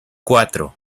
cuatro